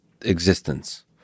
existence